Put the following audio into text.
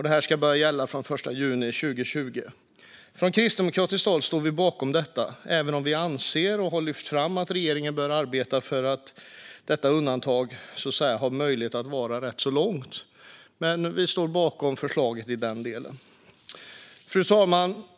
Det här ska börja att gälla från den 1 juni 2020. Från kristdemokratiskt håll står vi bakom detta, även om vi anser och har lyft fram att regeringen bör arbeta för att detta undantag har möjlighet att vara ganska långvarigt. Vi står dock bakom förslaget i den delen. Fru talman!